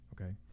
Okay